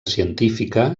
científica